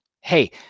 Hey